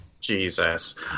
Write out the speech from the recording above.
Jesus